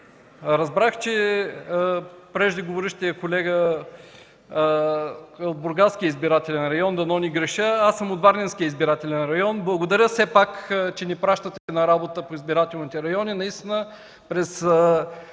разбрах, че преждеговорившият колега е от Бургаски избирателен район. Дано не греша. Аз съм от Варненски избирателен район. Благодаря все пак, че ни пращате на работа по избирателните райони.